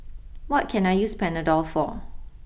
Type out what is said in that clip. what can I use Panadol for